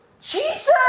Jesus